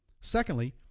Secondly